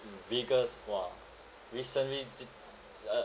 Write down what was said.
mm vehicles !wah! recently zi~ uh